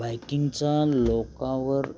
बायकिंगचा लोकावर